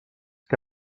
que